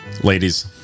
Ladies